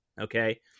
Okay